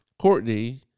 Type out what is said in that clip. Courtney